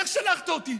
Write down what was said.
איך שלחת אותי?